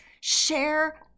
share